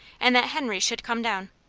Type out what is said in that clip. and that henry should come down.